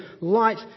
light